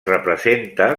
representa